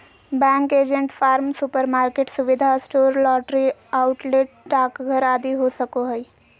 bank agent farm, supermarket, सुविधा store, lottery outlet, डाकघर आदि हो सको हइ